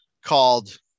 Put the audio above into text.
called